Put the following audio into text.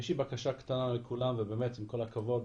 יש לי בקשה קטנה לכולם, עם כל הכבוד.